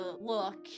look